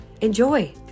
enjoy